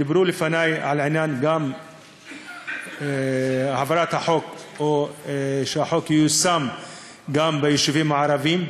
דיברו לפני גם על עניין העברת החוק או שהחוק ייושם גם ביישובים הערביים,